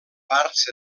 parts